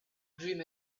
dream